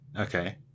Okay